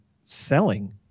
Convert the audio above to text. selling